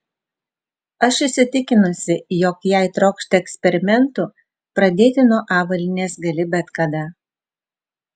aš įsitikinusi jog jei trokšti eksperimentų pradėti nuo avalynės gali bet kada